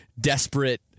desperate